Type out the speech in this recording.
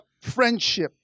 friendship